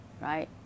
Right